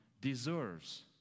deserves